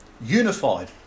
unified